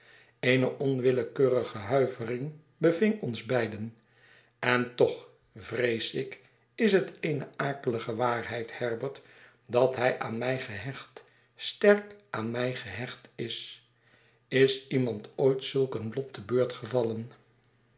eene onwillekeurige huivering beving ons beiden en toch vrees ik is het eene akelige waarheid herbert dat hij aan mij gehecht sterk aan mij gehecht is is iemand ooit zulk een lot te beurt gevallen